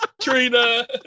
Trina